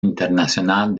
internacional